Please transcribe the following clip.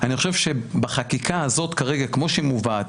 אני חושב שבחקיקה הזאת כרגע כמו שמובאת,